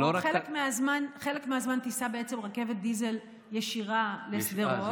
חלק מהזמן, בעצם, תיסע רכבת דיזל ישירה לשדרות.